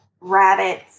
rabbits